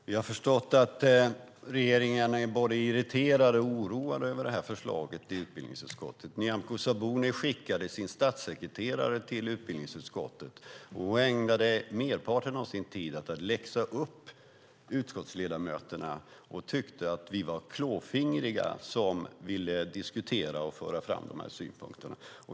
Herr talman! Vi har förstått att regeringen är både irriterad och oroad över förslaget i utbildningsutskottet. Nyamko Sabuni skickade sin statssekreterare till utbildningsutskottet. Hon ägnade merparten åt sin tid åt att läxa upp utskottsledamöterna, och hon tyckte att vi var klåfingriga som ville diskutera och föra fram våra synpunkter.